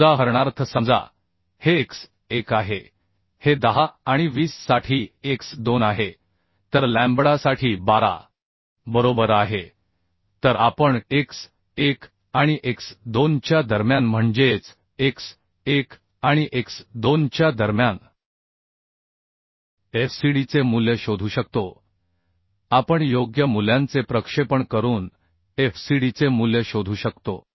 उदाहरणार्थ समजा हे x1 आहे हे 10 आणि 20 साठी x2 आहे तर लॅम्बडासाठी 12 बरोबर आहे तर आपण x1 आणि x2 च्या दरम्यान म्हणजेच x1 आणि x2 च्या दरम्यान Fcd चे मूल्य शोधू शकतो आपण योग्य मूल्यांचे प्रक्षेपण करून Fcd चे मूल्य शोधू शकतो